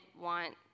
want